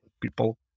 People